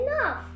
enough